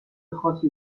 خاصی